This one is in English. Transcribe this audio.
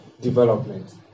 development